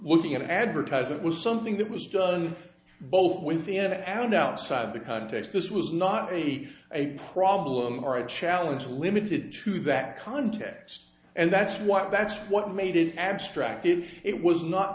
the an advertisement was something that was done both within and outside of the context this was not really a problem or a challenge limited to that context and that's what that's what made it abstract if it was not